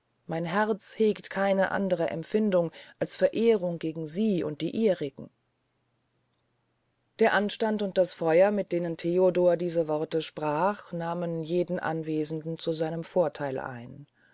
mein herz hegt keine andre empfindung als verehrung gegen sie und die ihrigen der anstand und das feuer mit denen theodor diese worte sprach nahmen jeden anwesenden zu seinem vortheil ein